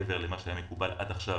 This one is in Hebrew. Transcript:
שזה מעבר למה שהיה מקובל עד עכשיו